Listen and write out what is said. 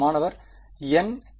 மாணவர் n